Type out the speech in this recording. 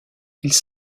ils